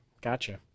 Gotcha